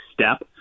step